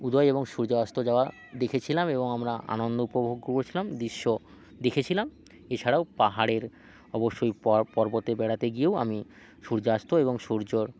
উদয় এবং সূর্যাস্ত যাওয়া দেখেছিলাম এবং আমরা আনন্দ উপভোগ করেছিলাম দিশ্য দেখেছিলাম এছাড়াও পাহাড়ের অবশ্যই পর্বতে বেড়াতে গিয়েও আমি সূর্যাস্ত এবং সূর্যর